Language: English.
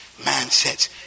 mindsets